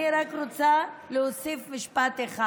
אני רק רוצה להוסיף משפט אחד.